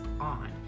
on